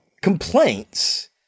complaints